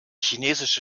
chinesische